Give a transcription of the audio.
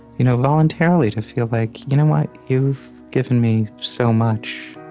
you know voluntarily to feel like, you know what? you've given me so much.